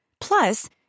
Plus